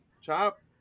Chop